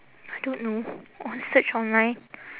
I don't know search online